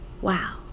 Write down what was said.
wow